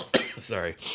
sorry